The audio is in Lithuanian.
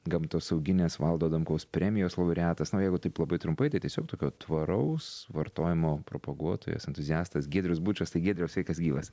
gamtosaugines valdo adamkaus premijos laureatas na jeigu taip labai trumpai tai tiesiog tokio tvaraus vartojimo propaguotojas entuziastas giedrius bučas tai giedriaus sveikas gyvas